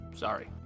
Sorry